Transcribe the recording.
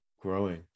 growing